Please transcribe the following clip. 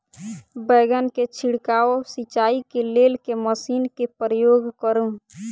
बैंगन केँ छिड़काव सिचाई केँ लेल केँ मशीन केँ प्रयोग करू?